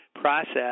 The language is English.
process